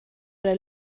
der